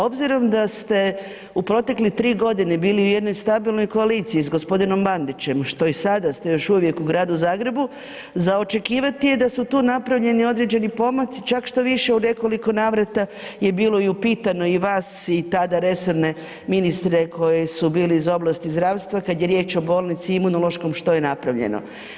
Obzirom da ste u protekle 3 godine bili u jednoj stabilnoj koaliciji s gospodinom Bandićem što i sada ste još uvijek u Gradu Zagrebu, za očekivati je da su tu napravljeni određeni pomaci čak štoviše u nekoliko navrata je bilo i upitano i vas i tada resorne ministre koji su bili iz oblasti zdravstva kad je riječ o bolnici i imunološkom što je napravljeno.